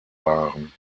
waren